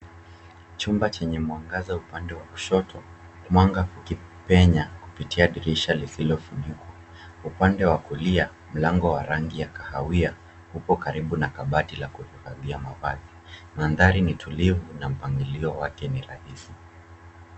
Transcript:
Chumba cheye mwangaza upande wa kushoto. Mwanga ukipenya kupitia dirisha lisilofunikwa. Upande wa kulia, mlango wa rangi wa kahawia upo karibu na kabati la kupangia na mavazi. Mandhari ni tulivu na mpangilio wake ni rahisi